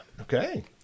Okay